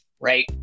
right